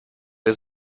wir